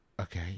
okay